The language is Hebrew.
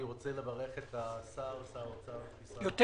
אני רוצה לברך את שר האוצר ישראל כ"ץ, את